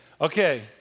okay